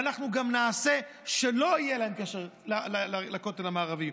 ואנחנו גם נעשה שלא יהיה להם קשר לכותל המערבי.